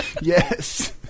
yes